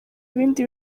ibindi